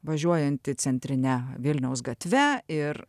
važiuojantį centrine vilniaus gatve ir